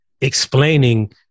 explaining